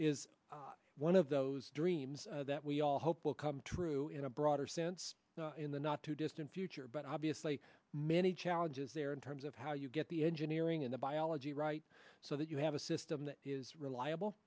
is one of those dreams that we all hope will come true in a broader sense in the not too distant future but obviously many challenges there in terms of how you get the engineering and the biology right so that you have a system that is reliable